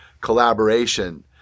collaboration